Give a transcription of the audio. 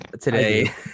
today